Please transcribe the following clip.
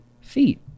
feet